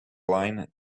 line